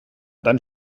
dann